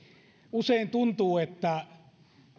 usein tuntuu että